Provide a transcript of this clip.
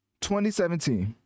2017